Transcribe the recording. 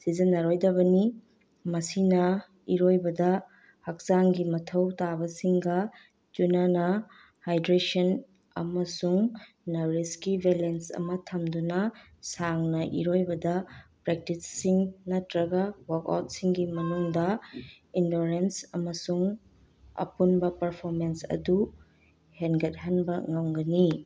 ꯁꯤꯖꯤꯟꯅꯔꯣꯏꯗꯕꯅꯤ ꯃꯁꯤꯅ ꯏꯔꯣꯏꯕꯗ ꯍꯛꯆꯥꯡꯒꯤ ꯃꯊꯧ ꯇꯥꯕꯁꯤꯡꯒ ꯆꯨꯅꯅ ꯍꯥꯏꯗ꯭ꯔꯦꯁꯟ ꯑꯃꯁꯨꯡ ꯅꯥꯎꯔꯤꯁꯀꯤ ꯕꯦꯂꯦꯟꯁ ꯑꯃ ꯊꯝꯗꯨꯅ ꯁꯥꯡꯅ ꯏꯔꯣꯏꯕꯗ ꯄ꯭ꯔꯦꯛꯇꯤꯁꯁꯤꯡ ꯅꯠꯇ꯭ꯔꯒ ꯋꯥꯛ ꯑꯥꯎꯠꯁꯤꯡꯒꯤ ꯃꯅꯨꯡꯗ ꯏꯟꯗꯣꯔꯦꯟꯁ ꯑꯃꯁꯨꯡ ꯑꯄꯨꯟꯕ ꯄꯔꯐꯣꯔꯃꯦꯟꯁ ꯑꯗꯨ ꯍꯦꯟꯒꯠꯍꯟꯕ ꯉꯝꯒꯅꯤ